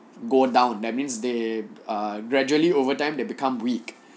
go down that means they ah gradually over time they become weak